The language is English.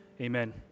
Amen